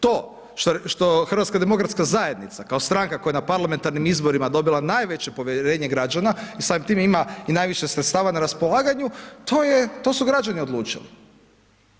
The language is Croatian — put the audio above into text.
To što HDZ kao stranka koja je na parlamentarnim izborima dobila najveće povjerenje građana i samim time ima i najviše sredstava na raspolaganju, to je, to su građani odlučili.